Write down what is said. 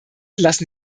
lassen